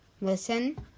listen